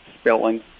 spelling